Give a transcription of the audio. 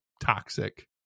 toxic